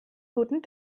guten